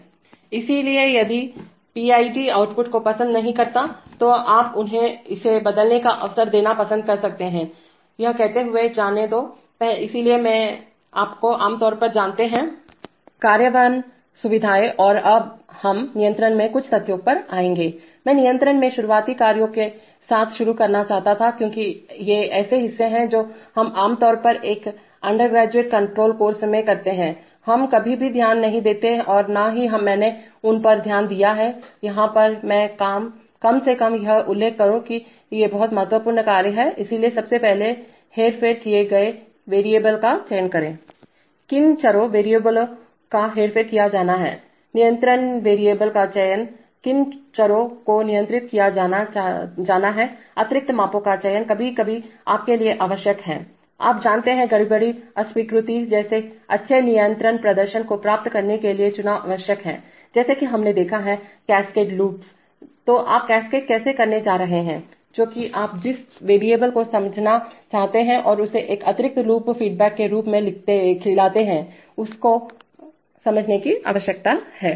इसलिए यदि यह पीआईडी आउटपुट को पसंद नहीं करता है तो आप उन्हें इसे बदलने का अवसर देना पसंद कर सकते हैं यह कहते हुए जाने दो इसलिए ये हैं आप आमतौर पर जानते हैं कार्यान्वयन सुविधाएँ और अब हम नियंत्रण में कुछ तथ्यों पर आएंगे मैं नियंत्रण में शुरुआती कार्यों के साथ शुरू करना चाहता था क्योंकि ये ऐसे हिस्से हैं जो हम आमतौर पर एक अंडरग्रेजुएट कंट्रोल कोर्स में करते हैं हम कभी भी ध्यान नहीं देते हैं और न ही मैंने उन पर ध्यान दिया है यहाँ पर मैं कम से कम यह उल्लेख करूँ कि ये बहुत महत्वपूर्ण कार्य हैं इसलिए सबसे पहले हेरफेर किए गए चरवेरिएबलका चयन करें किन चरोंवेरिएबल का हेरफेर किया जाना है नियंत्रित चरोंवेरिएबल का चयन किन चरों को नियंत्रित किया जाना है अतिरिक्त मापों का चयन कभी कभी आपके लिए आवश्यक है आप जानते हैं गड़बड़ी अस्वीकृति जैसे अच्छे नियंत्रण प्रदर्शन को प्राप्त करने के लिए चुनाव आवश्यक है जैसा कि हमने देखा है कैस्केड लूप्स तो आप कैस्केड कैसे करने जा रहे हैं जो कि आप जिस चरवेरिएबल को समझना चाहते हैं और उसे एक आंतरिक लूप फीडबैक के रूप में खिलाते हैं आपको उसे समझने की आवश्यकता है